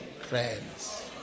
friends